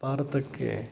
ಭಾರತಕ್ಕೆ